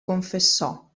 confessò